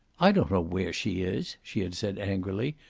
i don't know where she is, she had said, angrily,